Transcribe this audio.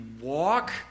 walk